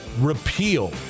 repeal